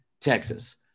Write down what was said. Texas